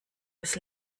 des